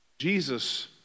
Jesus